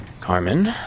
Carmen